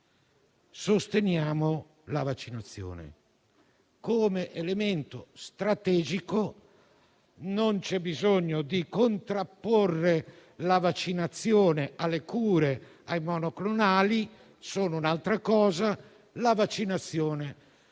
sosteniamo la vaccinazione come elemento strategico. Non c'è bisogno di contrapporre la vaccinazione alle cure e alle monoclonali, perché sono un'altra cosa. Vorrei dire